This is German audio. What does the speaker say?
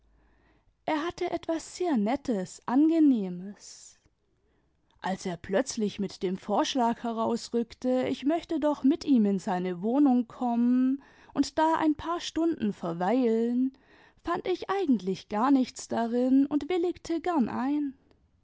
er hatte etwas sehr nettes angenehmes als er plötzuch mit dem vorschlag herausrückte ich möchte doch mit ihm in seine wohnimg kominen und da dn paar stunden verweilen fand ich eigentlich gar nichts darin und willig gern ein